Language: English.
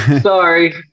sorry